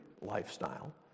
lifestyle